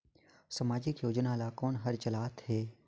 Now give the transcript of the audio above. समाजिक योजना ला कोन हर चलाथ हे?